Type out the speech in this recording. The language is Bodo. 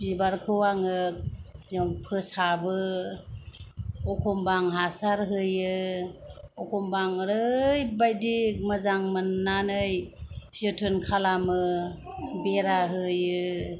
बिबारखौ आङो फोसाबो अखमबा आं हासार होयो अखमबा आं ओरैबायदि मोजां मोननानै जोथोन खालामो बेरा होयो